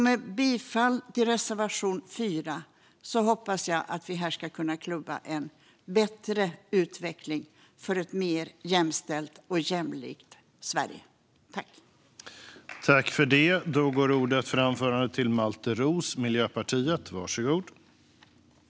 Med bifall till reservation 4 hoppas jag att vi ska kunna klubba igenom en bättre utveckling för ett mer jämställt och jämlikt Sverige.